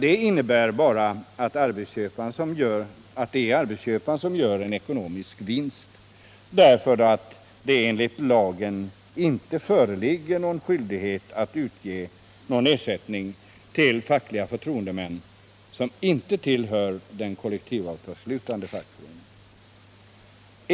Det innebär att det bara är arbetsköparna som gör en ekonomisk vinst, eftersom det enligt lagen inte föreligger någon skyldighet att utge någon ersättning till fackliga förtroendemän, som inte tillhör den kollektivavtalsslutande fackföreningen.